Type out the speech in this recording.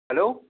hello